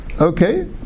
Okay